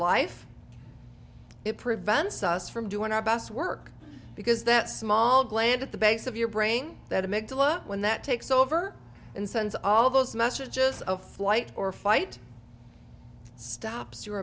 life it prevents us from doing our best work because that small gland at the base of your brain that a big love one that takes over and sends all those messages of flight or fight it stops your